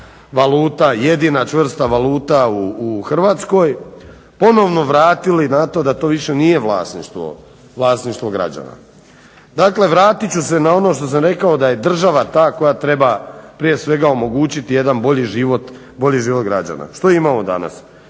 valuta jedina čvrsta valuta u Hrvatskoj, ponovno vratili na to da to više nije vlasništvo građana. Dakle, vratit ću se na ono što sam rekao da je država ta koja treba prije svega omogućiti jedan bolji život građana. Što imamo danas?